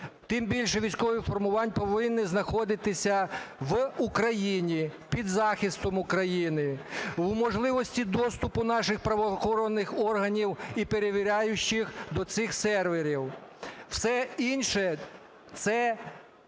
тим більше військових формувань, повинні знаходитися в Україні, під захистом України, в можливості доступу наших правоохоронних органів і перевіряючих до цих серверів. Все інше – це